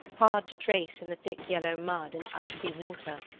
hard to trace in the thick yellow mud and icy water.